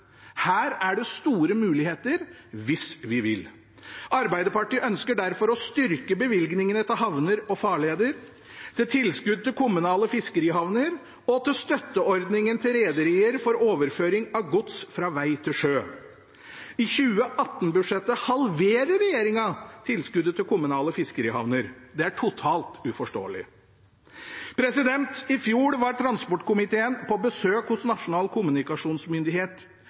Her er det store muligheter – hvis vi vil. Arbeiderpartiet ønsker derfor å styrke bevilgningene til havner og farleder, til tilskudd til kommunale fiskerihavner og til støtteordningen til rederier for overføring av gods fra veg til sjø. I 2018-budsjettet halverer regjeringen tilskuddet til kommunale fiskerihavner. Det er totalt uforståelig. I fjor var transportkomiteen på besøk hos Nasjonal kommunikasjonsmyndighet